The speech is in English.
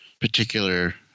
particular